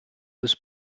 was